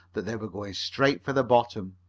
that they were going straight for the bottom.